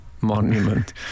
monument